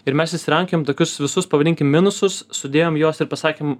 ir mes išsirankiojom tokius visus pavadinkim minusus sudėjom juos ir pasakėm